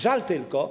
Żal tylko.